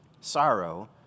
sorrow